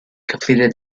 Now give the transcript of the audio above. completed